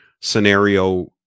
scenario